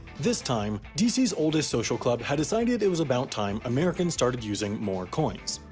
this time, dc's oldest social club had decided it was about time americans started using more coins